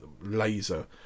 laser